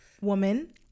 woman